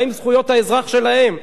מה עם זכויות האזרח שלהם?